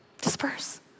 disperse